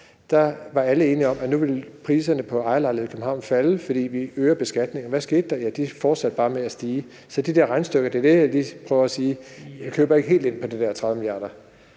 var alle enige om, at nu ville priserne på ejerlejligheder i København falde, fordi vi øgede beskatningen. Hvad skete der? De fortsatte bare med at stige. Så de der regnestykker – det er det, jeg lige prøver at sige – køber jeg ikke helt ind på med de der 30 mia. kr.